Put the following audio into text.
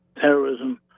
terrorism